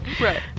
right